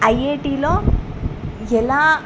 I I టీలో ఎలా